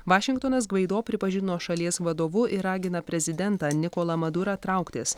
vašingtonas gvaido pripažino šalies vadovu ir ragina prezidentą nikolą madurą trauktis